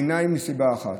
קורה בעיניי מסיבה אחת: